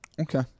Okay